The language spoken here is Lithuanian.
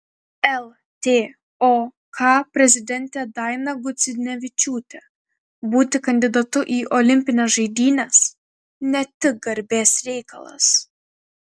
ltok prezidentė daina gudzinevičiūtė būti kandidatu į olimpines žaidynes ne tik garbės reikalas